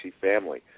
Family